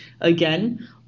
again